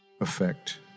effect